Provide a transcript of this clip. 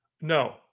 No